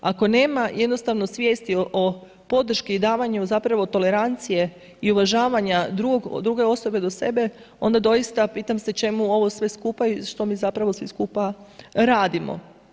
Ako nema, jednostavno svijest je o podrški i davanju, zapravo tolerancije i uvažavanja druge osobe do sebe, onda doista pitam se čemu sve ovo skupa i što mi zapravo svi skupa radimo.